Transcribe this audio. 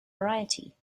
variety